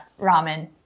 ramen